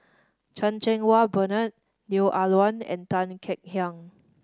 Chan Cheng Wah Bernard Neo Ah Luan and Tan Kek Hiang